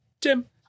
Tim